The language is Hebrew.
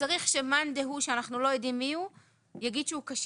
שצריך שמאן דהוא שאנחנו לא יודעים מי הוא יגיד שהוא כשיר.